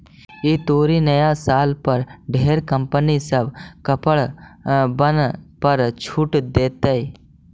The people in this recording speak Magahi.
ई तुरी नया साल पर ढेर कंपनी सब कपड़बन पर छूट देतई